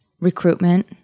recruitment